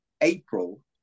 April